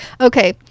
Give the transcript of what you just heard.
okay